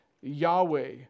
Yahweh